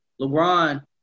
LeBron